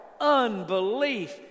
unbelief